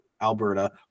Alberta